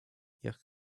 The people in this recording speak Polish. jak